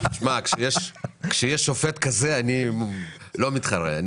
כשיש שופט כזה, אני לא מתחרה.